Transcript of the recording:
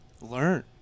learn